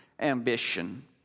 Ambition